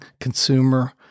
consumer